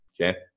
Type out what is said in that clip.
okay